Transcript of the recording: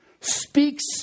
speaks